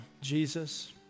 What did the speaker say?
Jesus